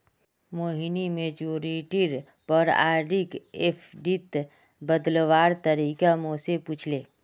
मोहिनी मैच्योरिटीर पर आरडीक एफ़डीत बदलवार तरीका मो से पूछले